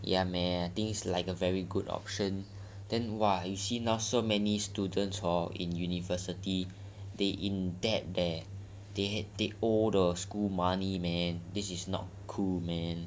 ya meh things like a very good option then !wah! you see now so many students or in university they in that there they had the older school money man this is not cool man